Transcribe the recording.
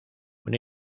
una